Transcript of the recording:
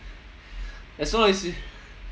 as long as you